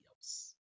else